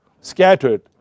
scattered